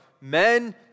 men